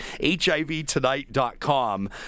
HIVtonight.com